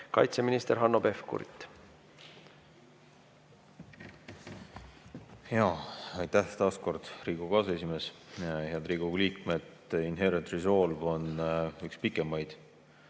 kaitseminister Hanno Pevkuri. Aitäh taas kord, Riigikogu aseesimees! Head Riigikogu liikmed! Inherent Resolve on üks pikemaid